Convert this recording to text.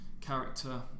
character